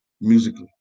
musically